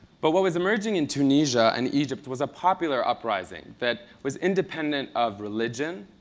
but what was emerging in tunisia and egypt was a popular uprising that was independent of religion,